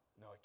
no